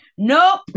Nope